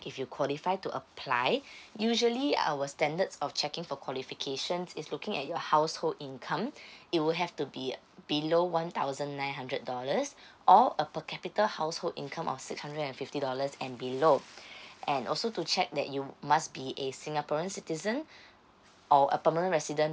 if you qualify to apply usually our standards of checking for qualifications is looking at your household income it will have to be uh below one thousand nine hundred dollars or a per capita household income of six hundred and fifty dollars and below and also to check that you must be a singaporean citizen or a permanent resident